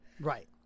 Right